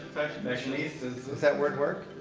fashionistas does that word work?